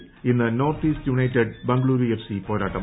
ഐഎസ്എല്ലിൽ ഇന്ന് North East United Bengaluru FC പോരാട്ടം